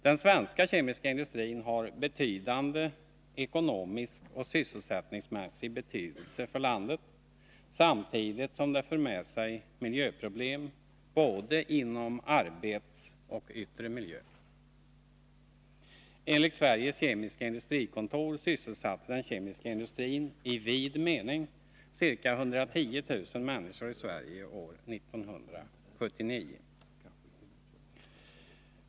Den svenska kemiska industrin har betydande ekonomisk och sysselsättningsmässig betydelse för landet, samtidigt som den för med sig miljöproblem både inom arbetsmiljö och yttre miljö. Enligt Sveriges Kemiska Industrikontor sysselsatte den kemiska industrin i vid mening ca 110 000 människor i Sverige år 1979.